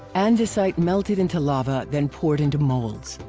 andesite melted into lava then poured into molds.